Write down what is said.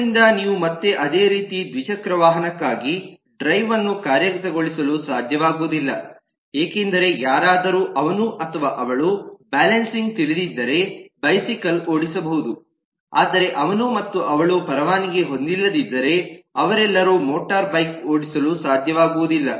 ಆದ್ದರಿಂದ ನೀವು ಮತ್ತೆ ಅದೇ ರೀತಿ ದ್ವಿಚಕ್ರ ವಾಹನಕ್ಕಾಗಿ ಡ್ರೈವ್ ಅನ್ನು ಕಾರ್ಯಗತಗೊಳಿಸಲು ಸಾಧ್ಯವಾಗುವುದಿಲ್ಲ ಏಕೆಂದರೆ ಯಾರಾದರೂ ಅವನು ಅಥವಾ ಅವಳು ಬ್ಯಾಲೆನ್ಸಿಂಗ್ ತಿಳಿದಿದ್ದರೆ ಬೈಸಿಕಲ್ ಓಡಿಸಬಹುದು ಆದರೆ ಅವನು ಅಥವಾ ಅವಳು ಪರವಾನಗಿ ಹೊಂದಿಲ್ಲದಿದ್ದರೆ ಅವರೆಲ್ಲರೂ ಮೋಟಾರ್ ಬೈಕು ಓಡಿಸಲು ಸಾಧ್ಯವಾಗುವುದಿಲ್ಲ